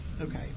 okay